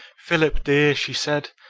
philip dear, she said,